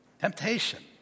Temptation